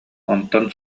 онтон